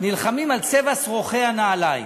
נלחמים על צבע שרוכי הנעליים.